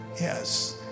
Yes